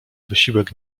wysiłek